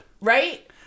Right